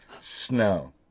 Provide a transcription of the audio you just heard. snow